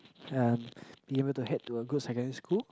and be able to head to a good secondary school